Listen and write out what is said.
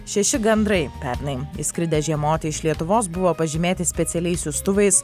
šeši gandrai pernai išskridę žiemoti iš lietuvos buvo pažymėti specialiais siųstuvais